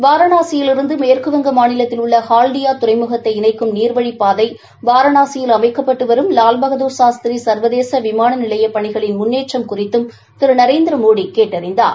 வாரணாசி யிலிருந்து மேற்குவங்க மாநிலத்தில் உள்ள ஹால்டியா துறைமுகத்தை இணைக்கும் நீர்வழிப் பாதை வாரணாசியில் அமைக்கப்பட்டு வரும் லாவ்பகதூர் எஸ்திரி சள்வதேச விமான நிலைய பணிகளின் முன்னேற்றம் முன்னேற்றம் குறித்தும் திரு நரேந்திரமோடி கேட்டறிந்தார்